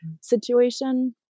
situation